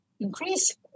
increase